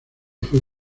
fue